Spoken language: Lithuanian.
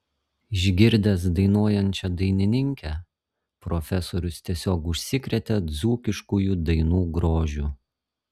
išgirdęs dainuojančią dainininkę profesorius tiesiog užsikrėtė dzūkiškųjų dainų grožiu